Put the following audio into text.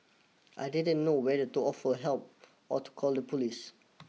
I didn't know whether to offer help or to call the police